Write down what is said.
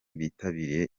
bitabiriye